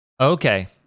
Okay